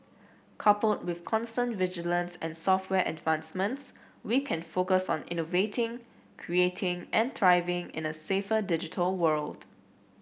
coupled with constant vigilance and software advancements we can focus on innovating creating and thriving in a safer digital world